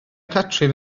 catrin